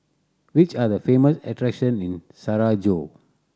which are the famous attractions in Sarajevo